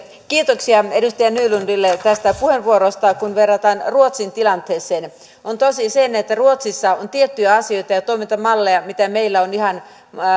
kiitoksia edustaja nylundille tästä puheenvuorosta kun verrataan ruotsin tilanteeseen on tosi se että ruotsissa on tiettyjä asioita ja ja toimintamalleja mitä meidän on ihan